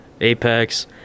Apex